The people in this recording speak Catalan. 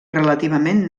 relativament